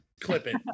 clipping